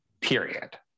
period